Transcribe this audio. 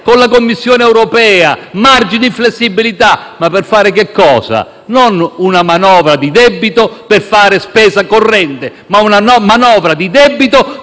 con la Commissione europea margini di flessibilità. Ma per fare cosa? Per fare non una manovra a debito per fare spesa corrente, bensì una manovra a debito